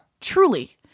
Truly